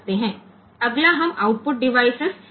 હવે આગળ આપણે આઉટપુટ ઉપકરણ પર ધ્યાન આપીએ છીએ